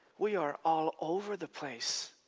we are all over the place.